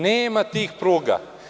Nema tih pruga.